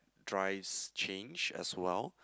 drives change as well